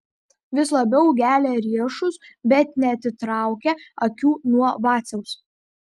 vis labiau gelia riešus bet neatitraukia akių nuo vaciaus